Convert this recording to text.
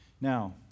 Now